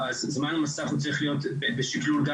שהזמן מסך הוא צריך להיות בשקלול גם